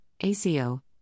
ACO